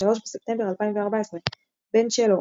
3 בספטמבר 2014 בן שלו,